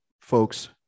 folks